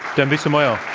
dambisa moyo?